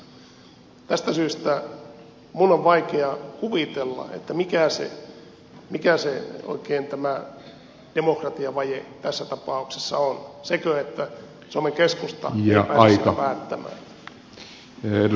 tästä syystä minun on vaikea kuvitella mikä oikein tämä demokratiavaje tässä tapauksessa on sekö että suomen keskusta ei pääse siitä päättämään